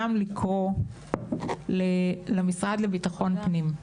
גם לקרוא למשרד לביטחון פנים.